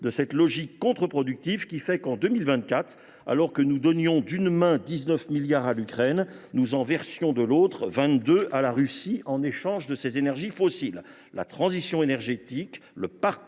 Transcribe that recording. de cette logique contre productive qui a fait que, en 2024, alors que nous donnions d’une main 19 milliards d’euros à l’Ukraine, nous en versions de l’autre 22 milliards à la Russie en échange de ses énergies fossiles ! La transition énergétique et le Pacte